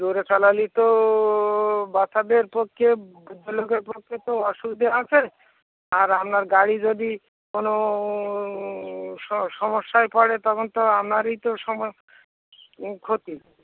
জোরে চালালে তো বাচ্চাদের পক্ষে বৃদ্ধ লোকের পক্ষে তো অসুবিধে আছে আর আপনার গাড়ি যদি কোনও সমস্যায় পড়ে তখন তো আপনারই তো সময় ক্ষতি